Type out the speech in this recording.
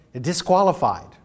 disqualified